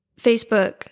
Facebook